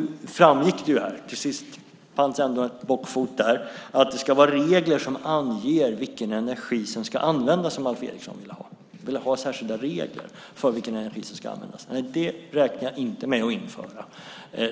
Nu framgick det till sist - det fanns ändå en bockfot där - att Alf Eriksson ville ha regler som anger vilken energi som ska användas. Han ville ha särskilda regler för vilken energi som ska användas. Nej, det räknar jag inte med att införa